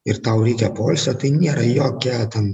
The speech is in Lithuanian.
ir tau reikia poilsio tai nėra jokia ten